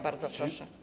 Bardzo proszę.